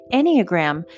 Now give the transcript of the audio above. Enneagram